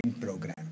program